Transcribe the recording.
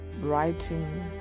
writing